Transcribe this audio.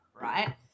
right